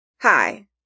Hi